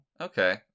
Okay